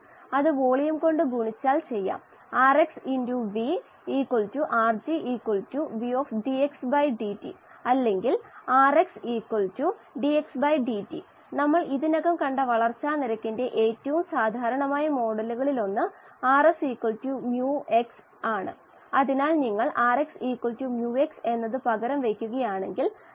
𝑲𝑳a വാസ്തവത്തിൽ ഞാൻ എന്റെ ഡോക്ടറൽ പഠനങ്ങൾ നടത്തുമ്പോൾ ഓരോ തവണയും എന്റെ ബയോറിയാക്ടർ പ്രവർത്തിപ്പിക്കുന്ന സമയത്തിന് മുന്പ് വിലയിരുത്തുമായിരുന്നു അതിനാൽ വ്യവസായമേഖലയിൽ ബയോറിയാക്റ്ററിന്റെ ഓക്സിജൻ ട്രാൻസ്ഫർ ശേഷിയുടെ നേരിട്ടുള്ള അളവ് നിങ്ങൾക്ക് നൽകുന്നതിനാൽ KLaയുടെ ഒരു വിലയിരുത്തൽ ആവശ്യമാണ്